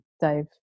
Dave